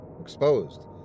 exposed